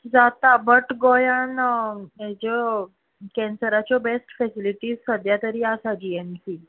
जाता बट गोंयांन हेज्यो केंन्सराच्यो बॅस्ट फॅसिलीटीज सद्या तरी आसा जी एम सी